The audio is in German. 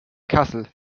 kassel